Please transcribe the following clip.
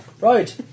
Right